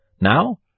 Now